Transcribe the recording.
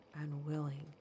unwilling